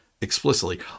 explicitly